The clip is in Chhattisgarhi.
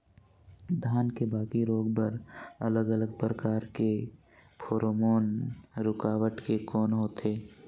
धान के बाकी रोग बर अलग अलग प्रकार के फेरोमोन रूकावट के कौन होथे?